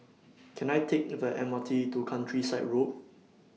Can I Take The M R T to Countryside Road